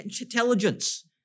intelligence